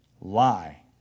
lie